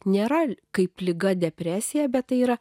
nėra kaip liga depresija bet tai yra